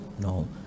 No